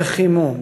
וחימום,